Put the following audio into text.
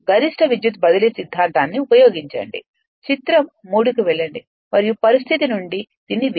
గరిష్ట విద్యుత్ బదిలీ సిద్ధాంతాన్ని ఉపయోగించండి చిత్రం 3 కి వెళ్లండి మరియు పరిస్థితి నుండి దీన్ని చేయవచ్చు